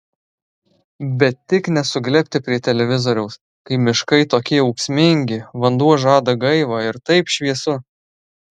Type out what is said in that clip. bet tik ne suglebti prie televizoriaus kai miškai tokie ūksmingi vanduo žada gaivą ir taip šviesu